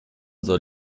soll